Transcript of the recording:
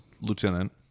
lieutenant